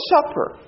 Supper